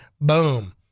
Boom